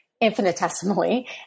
infinitesimally